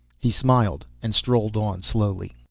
he smiled and strolled on slowly.